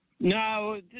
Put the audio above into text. No